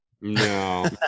No